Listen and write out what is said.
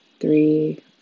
three